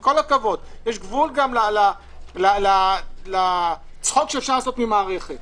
יש גבול לצחוק שאפשר לעשות ממערכת.